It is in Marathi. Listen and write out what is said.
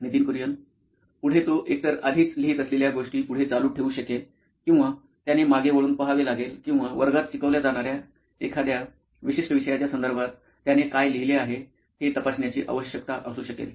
Nitin Kurian COO nine electronics पुढे तो एकतर आधीच लिहित असलेल्या गोष्टी पुढे चालू ठेवू शकेल किंवा त्याने मागे वळून पहावे लागेल किंवा वर्गात शिकवल्या जाणार्या एखाद्या विशिष्ट विषयाच्या संदर्भात त्याने काय लिहिले आहे हे तपासण्याची आवश्यकता असू शकेल